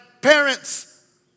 parents